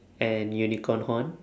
and unicorn horn